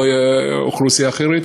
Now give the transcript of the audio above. או אוכלוסייה אחרת.